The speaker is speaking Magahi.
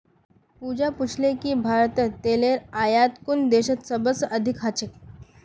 पूजा पूछले कि भारतत तेलेर आयात कुन देशत सबस अधिक ह छेक